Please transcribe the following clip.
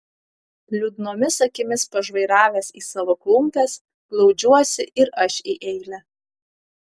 liūdnomis akimis pažvairavęs į savo klumpes glaudžiuosi ir aš į eilę